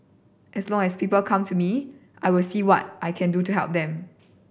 as long as people come to me I will see what I can do to help them